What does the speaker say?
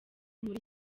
muri